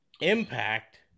impact